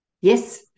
Yes